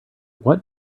what